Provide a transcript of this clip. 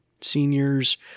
seniors